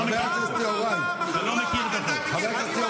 חבר הכנסת אלמוג כהן, אתה בקריאה שנייה.